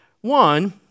One